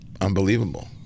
unbelievable